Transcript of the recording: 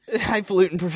highfalutin